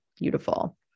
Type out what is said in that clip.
beautiful